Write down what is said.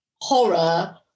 horror